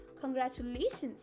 Congratulations